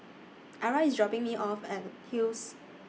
Ara IS dropping Me off At Hills